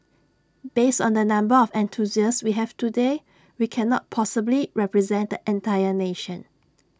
based on the number of enthusiasts we have today we cannot possibly represent the entire nation